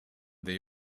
they